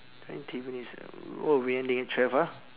twenty minutes oh we ending at twelve ah